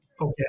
Okay